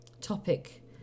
topic